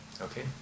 Okay